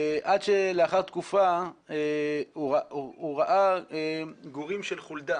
עד שלאחר תקופה הוא ראה גורים של חולדה